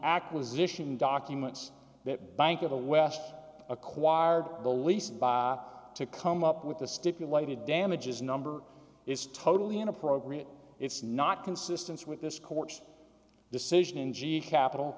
acquisition documents that bank of the west acquired the lease to come up with the stipulated damages number is totally inappropriate it's not consistent with this court's decision in g e capital